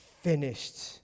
finished